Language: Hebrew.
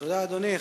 תודה, אדוני.